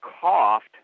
coughed